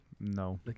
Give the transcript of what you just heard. no